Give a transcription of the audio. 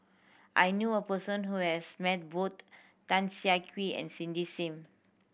I knew a person who has met both Tan Siah Kwee and Cindy Sim